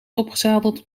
opgezadeld